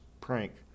prank